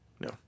No